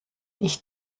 ich